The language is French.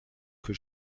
que